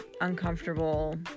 uncomfortable